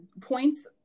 points